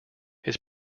his